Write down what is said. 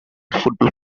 football